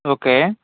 okay